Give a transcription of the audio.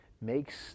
makes